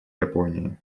японии